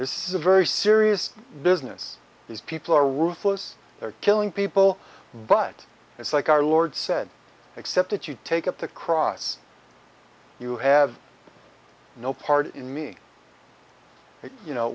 this is a very serious business these people are ruthless they're killing people but it's like our lord said except that you take up the cross you have no part in me you know